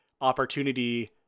opportunity